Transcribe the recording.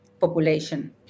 population